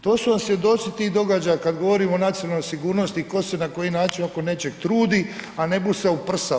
To su vam svjedoci tih događaja kad govorimo o nacionalnoj sigurnosti tko se na koji način oko nečeg trudi a ne busa u